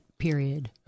period